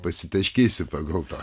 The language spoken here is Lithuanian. pasitaškysi pagal tą